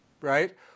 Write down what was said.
right